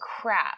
crap